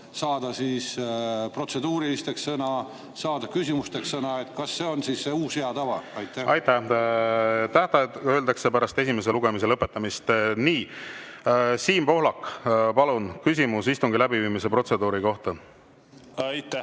saada protseduurilisteks sõna, saada küsimusteks sõna? Kas see on siis see uus hea tava? Aitäh! Tähtajad öeldakse pärast esimese lugemise lõpetamist. Siim Pohlak, palun, küsimus istungi läbiviimise protseduuri kohta! Aitäh!